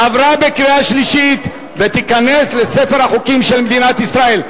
עבר בקריאה שלישית וייכנס לספר החוקים של מדינת ישראל.